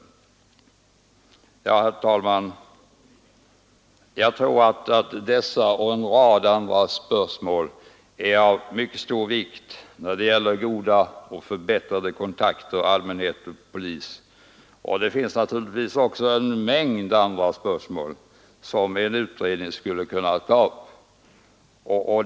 Jag tror att dessa och en rad andra spörsmål är av mycket stor vikt när det gäller goda och förbättrade kontakter mellan allmänhet och polis. Naturligtvis finns det också en mängd andra problem som en utredning skulle kunna ta upp.